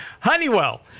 Honeywell